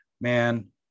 man